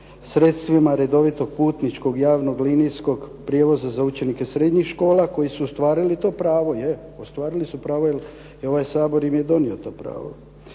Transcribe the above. sredstvima redovitog putničkog javnog linijskog prijevoza za učenike srednjih škola koji su ostvarili to pravo. Je, ostvarili su pravo jer ovaj Sabor im je donio to pravo.